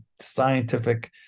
scientific